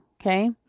Okay